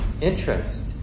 interest